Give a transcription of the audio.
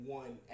one